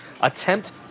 attempt